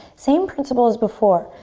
same principle as before.